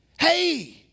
hey